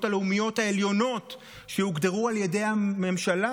הלאומיות העליונות שהוגדרו על ידי הממשלה,